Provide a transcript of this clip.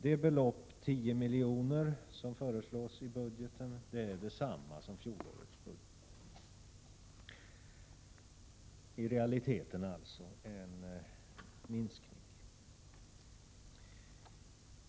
Det belopp på 10 milj.kr. som föreslås i budgeten är detsamma som i fjolårets budget — i realiteten är det alltså en minskning.